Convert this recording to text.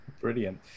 Brilliant